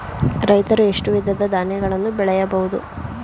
ರೈತರು ಎಷ್ಟು ವಿಧದ ಧಾನ್ಯಗಳನ್ನು ಬೆಳೆಯಬಹುದು?